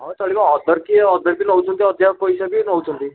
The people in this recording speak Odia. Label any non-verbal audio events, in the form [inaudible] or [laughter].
ହଁ ଚଳିବ [unintelligible] ଅଧିକା ପଇସା ବି ନେଉଛନ୍ତି